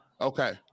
Okay